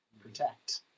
protect